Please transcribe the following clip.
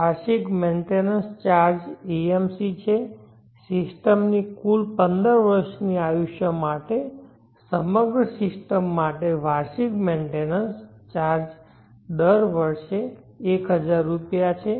વાર્ષિક maintenance charge AMC છે સિસ્ટમની કુલ 15 વર્ષની આયુષ્ય માટે સમગ્ર સિસ્ટમ માટે વાર્ષિક મેન્ટેનન્સ ચાર્જ દર વર્ષે 1000 રૂપિયા છે